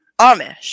Amish